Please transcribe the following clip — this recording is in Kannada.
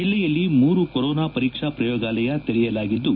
ಜಿಲ್ಲೆಯಲ್ಲಿ ಮೂರು ಕೊರೊನಾ ಪರೀಕ್ಷಾ ಪ್ರಯೋಗಾಲಯ ತೆರೆಯಲಾಗಿದ್ದು